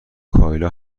کایلا